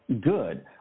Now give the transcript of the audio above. good